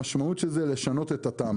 המשמעות של זה היא לשנות את התמ"א,